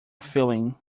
filling